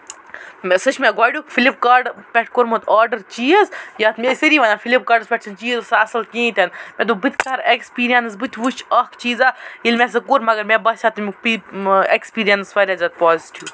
مےٚ سُہ چھُ گۄڈٕنیُک فِلِپ کاٹ پٮ۪ٹھ کوٚرمُت آرڈر چیٖز یَتھ مےٚ ٲسۍ سٲری وَنان فِلِپ کاٹَس پٮ۪ٹھ چھِنہٕ چیٖز آسان اَصٕل کِہیٖنۍ تہِ مےٚ دوٚپ بہٕ تہِ کرٕ اٮ۪کسپِرٮ۪نٔس بہٕ تہِ وُچھٕ اکھ چیٖزا ییٚلہِ مےٚ سُہ کوٚر مَگر مےٚ باسٮ۪و تمیُک اٮ۪کٔپِرٮ۪نس واریاہ زیادٕ پوٚزِٹیو